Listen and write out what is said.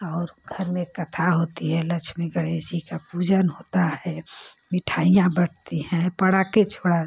और घर में कथा होती है लक्ष्मी गणेश जी का पूजन होता है मिठाइयाँ बँटती हैं पड़ाके छोड़ा